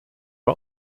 are